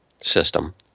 system